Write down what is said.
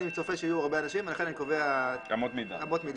צופה שיהיו הרבה אנשים לכן הוא קובע אמות מידה,